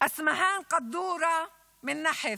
אסמהאן קדורה מנחף,